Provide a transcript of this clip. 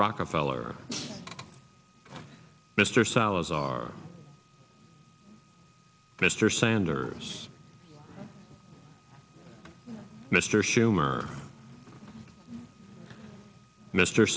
rockefeller mr salazar mr sanders mr schumer mr